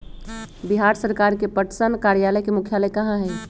बिहार सरकार के पटसन कार्यालय के मुख्यालय कहाँ हई?